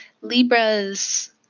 Libras